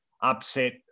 upset